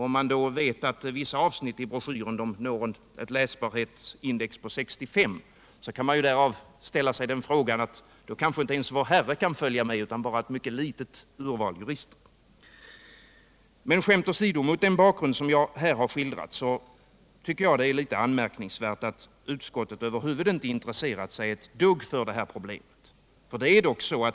Om man då vet att vissa avsnitt i broschyren når ett läsbarhetsindex på 65, kan man ju undra om ens Vår Herre kan följa med. Kanske lyckas endast ett fåtal jurister. Men skämt åsido! Mot den bakgrund som jag här har skildrat är det anmärkningsvärt att utskottet över huvud taget inte intresserat sig för problemet.